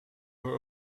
were